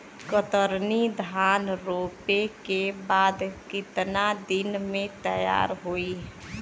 कतरनी धान रोपे के बाद कितना दिन में तैयार होई?